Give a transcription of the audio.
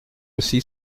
aussi